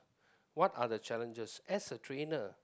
what are the challenges as a trainer